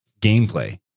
gameplay